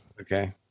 Okay